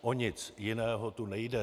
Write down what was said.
O nic jiného tu nejde.